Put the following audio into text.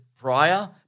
prior